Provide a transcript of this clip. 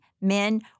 men